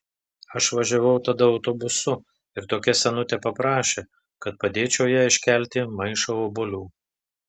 aš važiavau tada autobusu ir tokia senutė paprašė kad padėčiau jai iškelti maišą obuolių